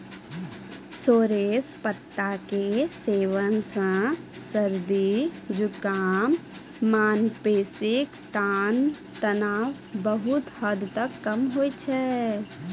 sorrel पत्ता के सेवन सॅ सर्दी, जुकाम, मानसिक तनाव बहुत हद तक कम होय छै